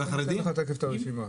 תיכף אראה לך את הרשימה.